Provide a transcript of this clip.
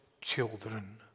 children